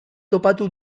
topatu